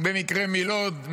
במקרה מלוד,